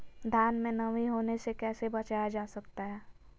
धान में नमी होने से कैसे बचाया जा सकता है?